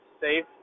safe